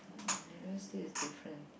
mm is different